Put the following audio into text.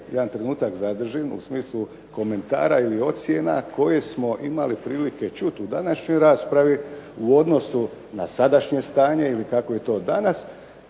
jedan trenutak zadržim u smislu komentara ili ocjena koje smo imali prilike čuti u današnjoj raspravi u odnosu na sadašnje stanje ili kako je to danas